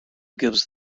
gives